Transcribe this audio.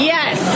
Yes